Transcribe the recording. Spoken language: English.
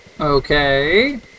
Okay